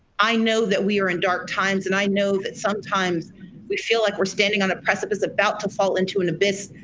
i know that we are in dark times and i know that sometimes we feel like we're standing on a precipice about to fall into an abyss.